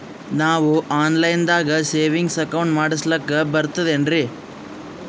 ನಾವು online ದಾಗ savings account ಮಾಡಸ್ಲಾಕ ಬರ್ತದೇನ್ರಿ?